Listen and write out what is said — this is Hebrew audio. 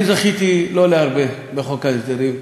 אני זכיתי לא להרבה בחוק ההסדרים,